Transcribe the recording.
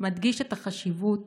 מדגיש את החשיבות